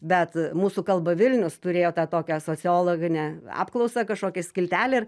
bet mūsų kalba vilnius turėjo tą tokią sociologinę apklausą kažkokią skiltelę ir